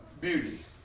beauty